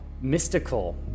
mystical